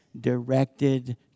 directed